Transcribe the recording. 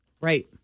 Right